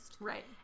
Right